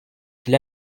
qu’il